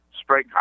spray